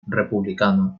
republicano